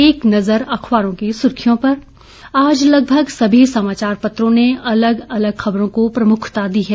एक नज़र अखबारों की सुर्खियों पर आज लगभग सभी समाचार पत्रों ने अलग अलग खबरों को प्रमुखता दी है